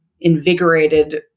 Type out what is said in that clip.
invigorated